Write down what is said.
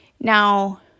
Now